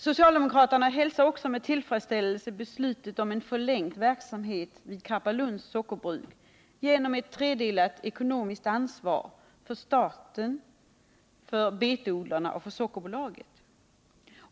Socialdemokraterna hälsar också med tillfredsställelse beslutet om en förlängd verksamhet vid sockerbruket i Karpalund genom tredelat ekonomiskt ansvar, för staten, för betodlarna och för Sockerbolaget.